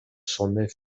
sommet